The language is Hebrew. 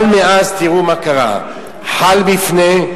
אבל מאז תראו מה קרה, חל מפנה,